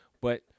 But-